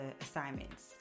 assignments